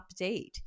update